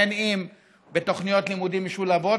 בין בתוכניות לימודים משולבות,